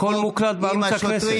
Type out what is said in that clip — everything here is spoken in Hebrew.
הכול מוקלט בערוץ הכנסת.